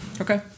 Okay